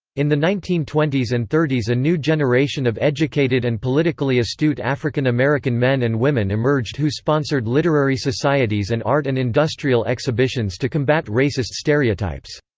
in the nineteen twenty s and thirty s a new generation of educated and politically astute african-american men and women emerged who sponsored literary societies and art and industrial exhibitions to combat racist stereotypes.